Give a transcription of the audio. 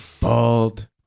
bald